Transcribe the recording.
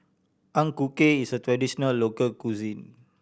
Ang Ku Kueh is a traditional local cuisine